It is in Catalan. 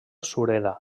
sureda